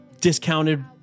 discounted